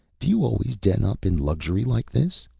do you always den up in luxury like this?